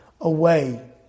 away